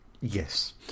Yes